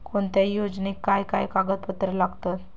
कोणत्याही योजनेक काय काय कागदपत्र लागतत?